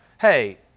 hey